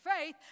faith